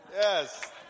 Yes